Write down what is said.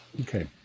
Okay